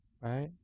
right